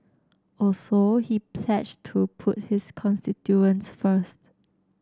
also he pledged to put his constituents first